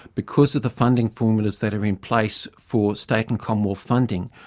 because of the funding formulas that are in place for state and commonwealth funding,